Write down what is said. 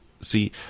See